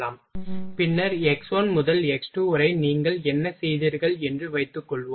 பின்னர் x1 முதல் x2 வரை நீங்கள் என்ன செய்தீர்கள் என்று வைத்துக்கொள்வோம்